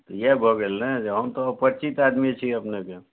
इएह भऽ गेल ने जे हम तऽ अपरिचित आदमी छी अपनेकेँ